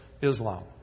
Islam